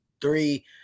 three